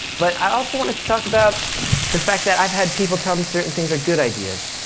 but i also wanted to talk about the fact that i've had people tell me certain things are good ideas,